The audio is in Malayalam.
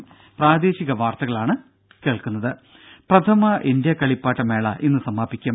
രംഭ പ്രഥമ ഇന്ത്യ കളിപ്പാട്ട മേള ഇന്ന് സമാപിക്കും